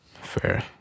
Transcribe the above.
fair